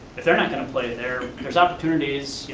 if they're not gonna play there, there's opportunities.